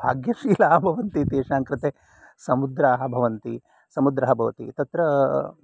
भाग्यशीलाः भवन्ति तेषाङ्कृते समुद्राः भवन्ति समुद्रः भवति तत्र